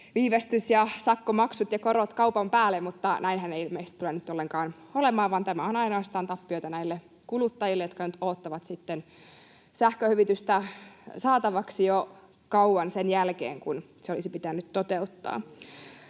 viivästys- ja sakkomaksut ja korot kaupan päälle. Mutta näinhän ei ilmeisesti tule nyt ollenkaan olemaan, vaan tämä on ainoastaan tappiota näille kuluttajille, jotka nyt odottavat sitten sähköhyvitystä saatavaksi jo kauan sen jälkeen kun se olisi pitänyt toteuttaa.